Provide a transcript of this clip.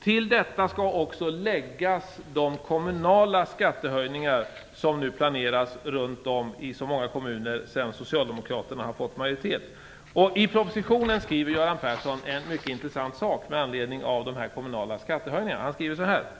Till detta skall också läggas de skattehöjningar som nu planeras i många av landets kommuner sedan socialdemokraterna fick majoritet. I propositionen skriver Göran Persson, med anledning av de kommunala skattehöjningarna, något som är mycket intressant.